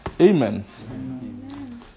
Amen